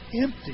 empty